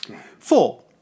Four